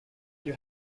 you